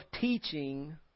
teaching